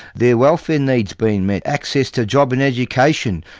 their welfare needs being met, access to job and education.